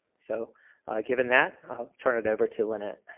so given that, i'll turn it over to lynnette.